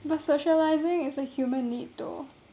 but socialising is a human need though